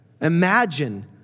imagine